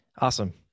awesome